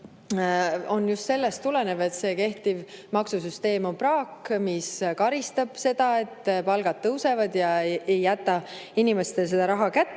just sellest, et kehtiv maksusüsteem on praak, mis karistab seda, et palgad tõusevad, ja ei jäta inimestele seda raha kätte.